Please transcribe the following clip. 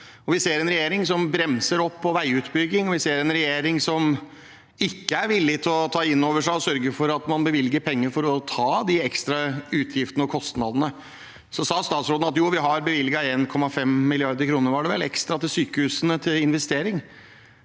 Vi ser en regjering som bremser opp på veiutbygging, og vi ser en regjering som ikke er villig til å ta dette inn over seg og sørge for at man bevilger penger til å ta de ekstra utgiftene og kostnadene. Statsråden sa at de har bevilget 1,5 mrd. kr ekstra, var det vel, til investering